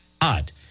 odd